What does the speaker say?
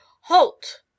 Halt